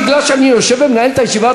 מפני שאני יושב ומנהל את הישיבה,